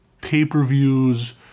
pay-per-views